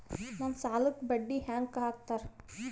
ನಮ್ ಸಾಲಕ್ ಬಡ್ಡಿ ಹ್ಯಾಂಗ ಹಾಕ್ತಾರ?